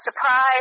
surprise